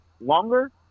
longer